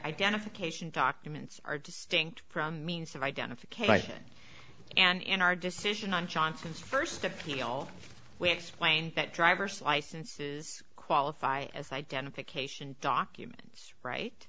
identification documents are distinct from means of identification and in our decision on johnson's first appeal we explain that driver's licenses qualify as identification documents right